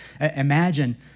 Imagine